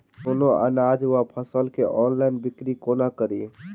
कोनों अनाज वा फसल केँ ऑनलाइन बिक्री कोना कड़ी?